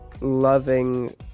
loving